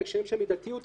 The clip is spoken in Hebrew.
בהקשרים של מידתיות.